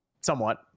somewhat